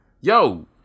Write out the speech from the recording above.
Yo